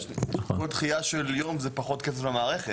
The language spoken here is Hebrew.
כל דחייה של יום זה פחות כסף למערכת.